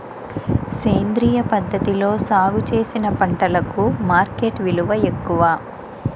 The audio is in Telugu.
సేంద్రియ పద్ధతిలో సాగు చేసిన పంటలకు మార్కెట్ విలువ ఎక్కువ